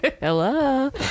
hello